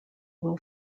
will